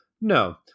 No